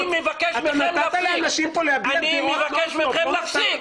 אני מבקש מכם להפסיק.